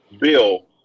Bill